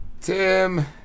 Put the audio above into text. Tim